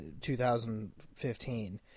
2015